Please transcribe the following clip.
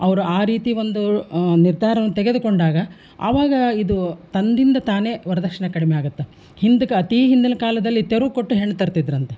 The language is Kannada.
ಅವ್ರು ಆ ರೀತಿ ಒಂದು ನಿರ್ಧಾರವನ್ನು ತೆಗೆದುಕೊಂಡಾಗ ಅವಾಗ ಇದು ತನ್ನಿಂದ ತಾನೇ ವರದಕ್ಷ್ಣೆ ಕಡಿಮೆ ಆಗತ್ತೆ ಹಿಂದ್ಗ್ ಅತಿ ಹಿಂದಿನ ಕಾಲದಲ್ಲಿ ತೆರು ಕೊಟ್ಟು ಹೆಣ್ಣು ತರ್ತಿದ್ದರಂತೆ